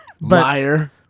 Liar